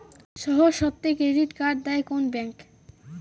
সহজ শর্তে credit card দেয় কোন ব্যাংক?